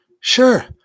Sure